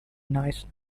nice